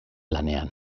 lanean